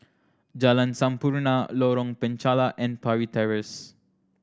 Jalan Sampurna Lorong Penchalak and Parry Terrace